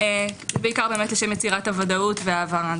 זה בעיקר לשם יצירת הוודאות וההבהרה.